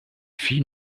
fille